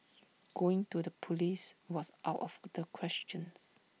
going to the Police was out of the questions